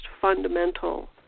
fundamental